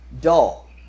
dull